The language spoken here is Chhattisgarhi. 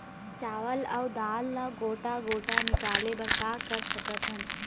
चावल अऊ दाल ला गोटा गोटा निकाले बर का कर सकथन?